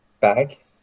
bag